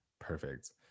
perfect